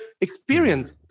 experience